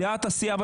את דעת הסיעה,